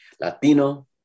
Latino